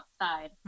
outside